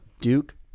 Duke